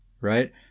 right